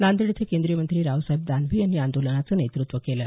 नांदेड इथं केंद्रीय मंत्री रावसाहेब दानवे यांनी आंदोलनाचं नेतृत्व केलं